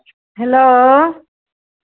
hello